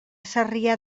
sarrià